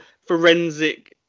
forensic